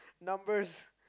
numbers